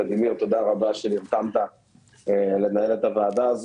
ותודה ולדימיר שנרתמת לנהל את הישיבה.